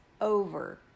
over